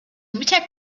mittag